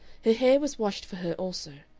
her hair was washed for her also.